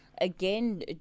again